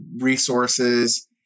resources